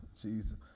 Jesus